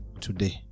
Today